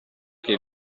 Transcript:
che